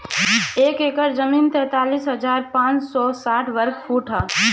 एक एकड़ जमीन तैंतालीस हजार पांच सौ साठ वर्ग फुट ह